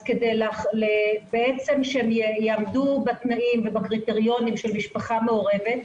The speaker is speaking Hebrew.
אז בעצם כדי שהם יעמדו בתנאים והקריטריונים של משפחה מעורבת,